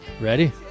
Ready